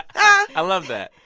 i love that.